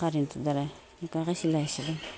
কাৰেণ্টৰদ্বাৰা এনেকুৱাকৈ চিলাইছিলোঁ